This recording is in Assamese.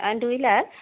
দুই লাখ